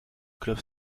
club